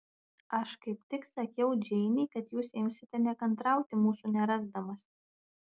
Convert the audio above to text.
aš kaip tik sakiau džeinei kad jūs imsite nekantrauti mūsų nerasdamas